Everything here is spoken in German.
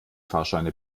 fahrscheine